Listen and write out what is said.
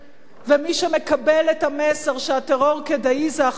ומי שמקבל את המסר שהטרור כדאי זה ה"חמאס".